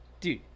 Dude